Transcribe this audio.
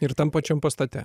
ir tam pačiam pastate